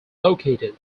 located